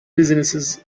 businesses